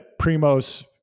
Primos